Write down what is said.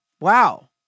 Wow